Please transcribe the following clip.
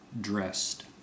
dressed